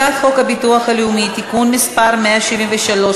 הצעת חוק הביטוח הלאומי (תיקון מס' 173),